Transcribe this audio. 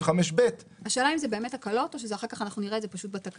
85ב. השאלה אם זה באמת הקלות או שאחר-כך פשוט נראה את בתקנות?